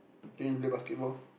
then you want to play basketball